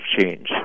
change